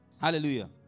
Hallelujah